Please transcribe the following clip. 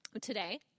Today